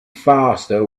faster